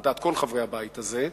על דעת כל חברי הבית הזה,